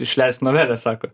išleist novelę sako